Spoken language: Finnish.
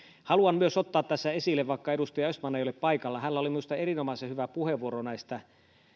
haluan myös ottaa tässä esille vaikka edustaja östman ei ole paikalla että hänellä oli minusta erinomaisen hyvä puheenvuoro näistä